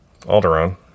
Alderaan